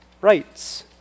Rights